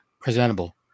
presentable